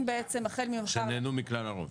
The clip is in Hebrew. בעצם החל ממחר --- שנהנו מכלל הרוב.